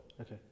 okay